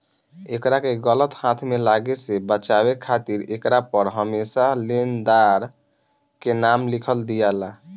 एकरा के गलत हाथ में लागे से बचावे खातिर एकरा पर हरमेशा लेनदार के नाम लिख दियाला